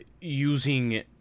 using